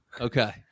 Okay